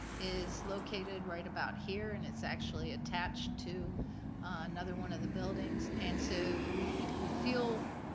is located right about here, and it's actually attached to another one of the buildings, and so we we feel